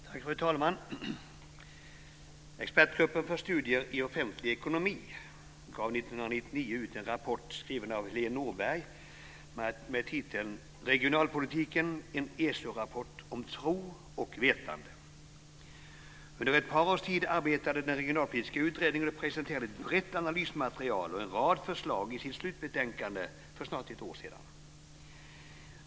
Fru talman! Expertgruppen för studier i offentlig ekonomi gav 1999 ut en rapport skriven av Heléne rapport om tro och vetande. Under ett par års tid arbetade den regionalpolitiska utredningen, och man presenterade ett brett analysmaterial och en rad förslag i sitt slutbetänkande för snart ett år sedan.